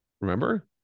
Remember